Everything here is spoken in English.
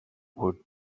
would